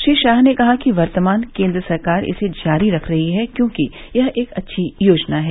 श्री शाह ने कहा कि वर्तमान केन्द्र सरकार इसे जारी रख रही है क्योंकि यह एक अच्छी योजना है